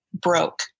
broke